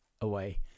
away